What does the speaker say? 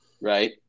right